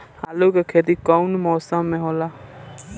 आलू के खेती कउन मौसम में होला?